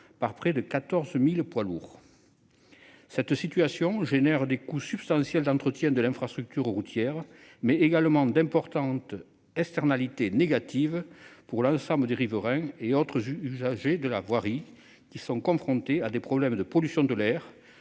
par près de 14 000 poids lourds. Cette situation entraîne des coûts substantiels d'entretien de l'infrastructure routière, mais également d'importantes externalités négatives pour l'ensemble des riverains et autres usagers de la voirie, qui sont confrontés à des problèmes de pollution de l'air,